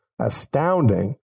astounding